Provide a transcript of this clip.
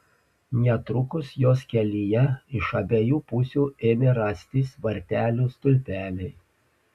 netrukus jos kelyje iš abiejų pusių ėmė rastis vartelių stulpeliai